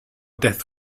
death